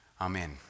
amen